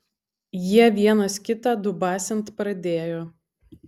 jie vienas kitą dubasint pradėjo